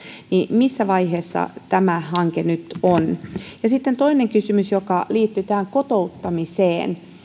missä vaiheessa tämä hanke nyt on sitten toinen kysymys joka liittyy kotouttamiseen